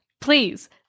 please